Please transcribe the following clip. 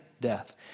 death